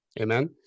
Amen